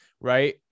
right